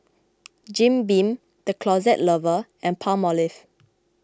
Jim Beam the Closet Lover and Palmolive